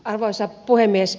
arvoisa puhemies